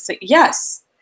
yes